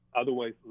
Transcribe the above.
Otherwise